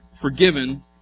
forgiven